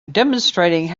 demonstrating